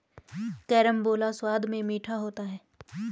carambola स्वाद में मीठा होता है